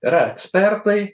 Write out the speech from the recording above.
yra spertai